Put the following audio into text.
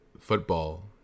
football